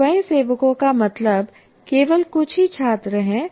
स्वयंसेवकों का मतलब केवल कुछ ही छात्र हैं